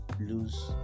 Lose